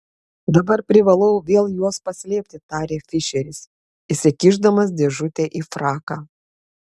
dabar privalau vėl juos paslėpti tarė fišeris įsikišdamas dėžutę į fraką